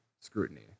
scrutiny